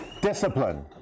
Discipline